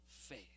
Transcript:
faith